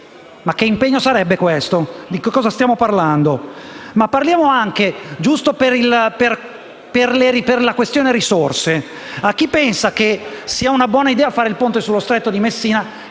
Ma che impegno sarebbe questo? Di cosa stiamo parlando? Giusto per la questione delle risorse, a chi pensa che sia una buona idea fare il ponte sullo Stretto di Messina,